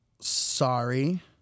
Sorry